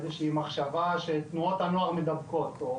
איזושהי מחשבה שתנועות הנוער מדבקות או